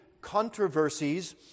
controversies